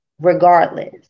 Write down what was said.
regardless